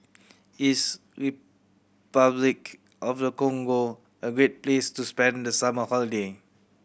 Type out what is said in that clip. is Repuclic of the Congo a great place to spend the summer holiday